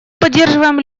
поддерживаем